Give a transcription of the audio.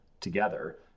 together